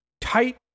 tight